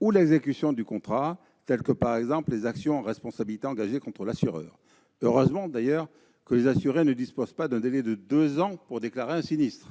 ou l'exécution du contrat. Ce sont, par exemple, les actions en responsabilité engagées contre l'assureur. Heureusement, d'ailleurs, que les assurés ne disposent pas d'un délai de deux ans pour déclarer un sinistre.